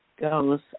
goes